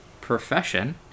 profession